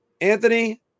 Anthony